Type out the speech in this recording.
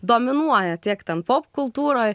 dominuoja tiek tiek ten pop kultūroj